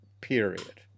period